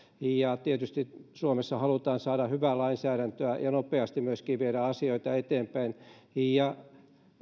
tietysti suomessa halutaan saada hyvää lainsäädäntöä ja nopeasti myöskin viedä asioita eteenpäin